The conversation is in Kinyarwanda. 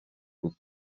rwo